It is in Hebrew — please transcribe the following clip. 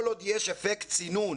כל עוד יש אפקט צינון